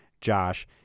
Josh